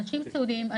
אנשים סיעודיים,